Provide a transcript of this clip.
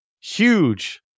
Huge